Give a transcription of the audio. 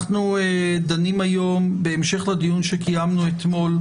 אנחנו דנים היום, בהמשך לדיון שקיימנו אתמול,